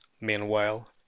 meanwhile